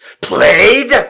Played